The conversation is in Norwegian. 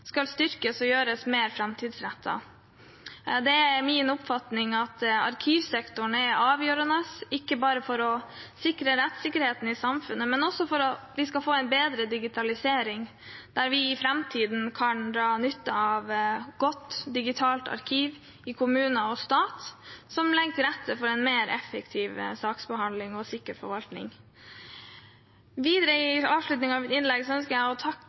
skal styrkes og gjøres mer framtidsrettet. Det er min oppfatning at arkivsektoren er avgjørende ikke bare for å sikre rettssikkerheten i samfunnet, men også for at vi skal få en bedre digitalisering, der vi i framtiden kan dra nytte av godt digitalt arkiv i kommuner og stat, som legger til rette for en mer effektiv saksbehandling og sikker forvaltning. Videre, i avslutningen av mitt innlegg, ønsker jeg å takke